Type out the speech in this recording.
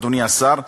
אדוני השר,